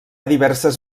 diverses